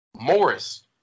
Morris